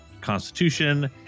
constitution